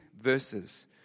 verses